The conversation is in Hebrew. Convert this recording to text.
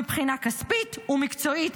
מבחינה כספית ומקצועית,